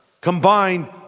combined